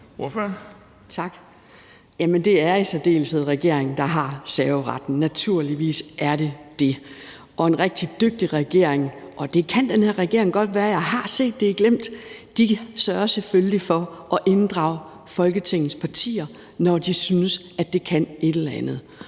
Juul (KF): Tak. Jamen det er i særdeleshed regeringen, der har serveretten. Naturligvis er det det, og en rigtig dygtig regering – og det kan den her regering godt være; jeg har set det i glimt – sørger selvfølgelig for at inddrage Folketingets partier, når de synes, at det kan et eller andet.